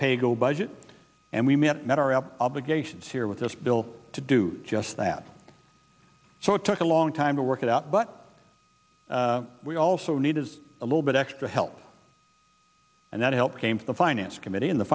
paygo budget and we met our all obligations here with this bill to do just that so it took a long time to work it out but we also need is a little bit extra help and that help came to the finance committee in the